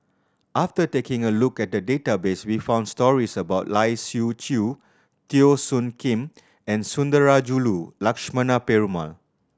after taking a look at the database we found stories about Lai Siu Chiu Teo Soon Kim and Sundarajulu Lakshmana Perumal